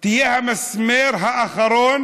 תהיה המסמר האחרון